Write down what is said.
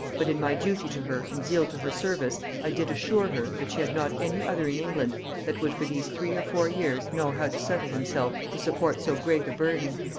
but in my duty to her and zeal to her service i did assure her, that she had not any other in england that would for these three or four years know how to settle himself to support so great a burden.